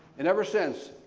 and ever since,